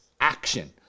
action